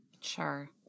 Sure